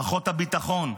מערכות הביטחון,